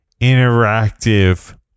interactive